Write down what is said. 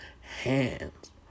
hands